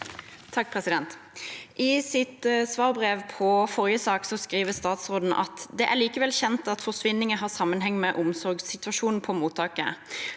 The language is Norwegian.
I sitt svarbrev i forrige sak skriver statsråden: «Det er likevel kjent at forsvinninger har sammenheng med omsorgssituasjonen på mottaket.»